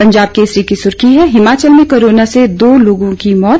पंजाब केसरी की सुर्खी है हिमाचल में कोरोना से दो लोगों की मौत